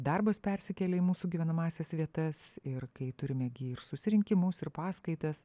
darbas persikėlė į mūsų gyvenamąsias vietas ir kai turime gi ir susirinkimus ir paskaitas